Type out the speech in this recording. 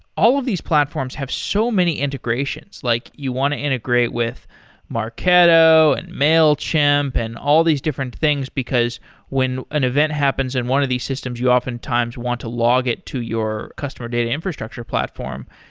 all of these platforms have so many integrations. like you want to integrate with marketo, and mailchimp and all these different things because when an event happens in one of these systems, you oftentimes want to log it to your customer data infrastructure platform.